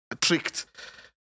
tricked